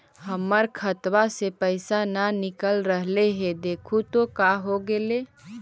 हमर खतवा से पैसा न निकल रहले हे देखु तो का होगेले?